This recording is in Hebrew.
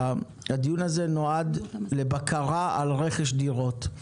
הדיון הזה נועד לבקרה על רכש דירות.